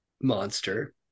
monster